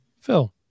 Phil